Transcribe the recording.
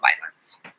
violence